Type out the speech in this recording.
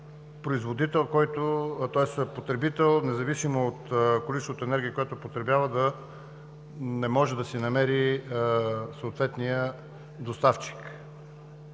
при който да няма потребител, независимо от количеството енергия, която потребява, да не може да си намери съответния доставчик.